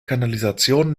kanalisation